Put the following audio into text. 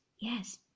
Yes